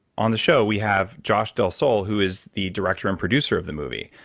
on the show, we have josh del sol, who is the director and producer of the movie